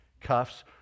cuffs